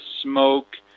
smoke